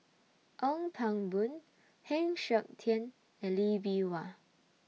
Ong Pang Boon Heng Siok Tian and Lee Bee Wah